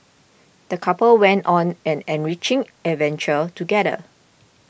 the couple went on an enriching adventure together